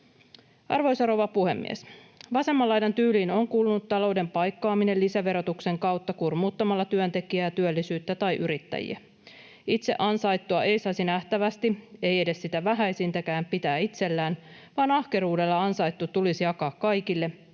Arvoisa rouva puhemies! Vasemman laidan tyyliin on kuulunut talouden paikkaaminen lisäverotuksen kautta kurmuuttamalla työntekijää, työllisyyttä tai yrittäjiä. Itse ansaittua ei saisi nähtävästi, ei edes sitä vähäisintäkään, pitää itsellään, vaan ahkeruudella ansaittu tulisi jakaa kaikille,